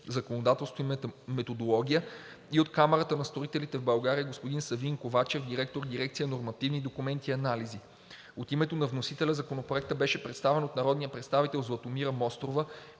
„Законодателство и методология“; и от Камарата на строителите в България: господин Савин Ковачев – директор на дирекция „Нормативни документи и анализи“. От името на вносителя Законопроектът беше представен от народния представител Златомира Мострова,